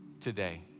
today